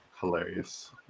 hilarious